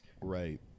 right